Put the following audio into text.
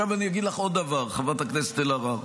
עכשיו אני אגיד לך עוד דבר, חברת הכנסת אלהרר.